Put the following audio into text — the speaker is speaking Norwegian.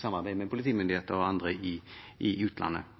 samarbeidet med politimyndigheter og andre i utlandet.